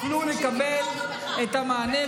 גם אין מה לדאוג,